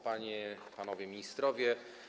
Panie i Panowie Ministrowie!